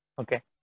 Okay